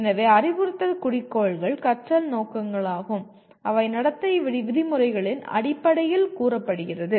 எனவே அறிவுறுத்தல் குறிக்கோள்கள் கற்றல் நோக்கங்களாகும் அவை நடத்தை விதிமுறைகளின் அடிப்படையில் கூறப்படுகிறது